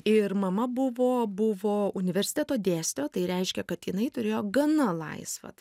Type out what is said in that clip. ir mama buvo buvo universiteto dėstytoja tai reiškia kad jinai turėjo gana laisvą